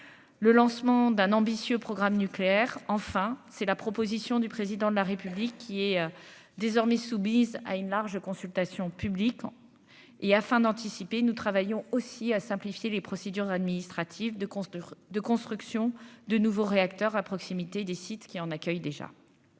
le lancement d'un ambitieux programme nucléaire, enfin, c'est la proposition du président de la République, il est désormais Soubise à une large consultation publique et afin d'anticiper, nous travaillons aussi à simplifier les procédures administratives de de construction de nouveaux réacteurs, à proximité des sites qui en accueille déjà.